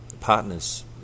partners